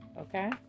okay